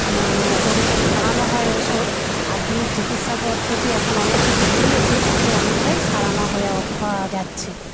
গরুকে খাওয়ানো হয় ওষুধ আধুনিক চিকিৎসা পদ্ধতি এখন অনেক কিছু বেরিয়েছে তাতে অনেকটাই সারানো হওয়া যাচ্ছে